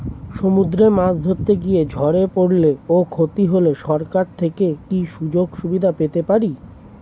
সমুদ্রে মাছ ধরতে গিয়ে ঝড়ে পরলে ও ক্ষতি হলে সরকার থেকে কি সুযোগ সুবিধা পেতে পারি?